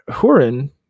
Huron